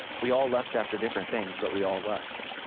we all lust after different things, but we all lust.